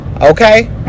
Okay